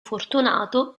fortunato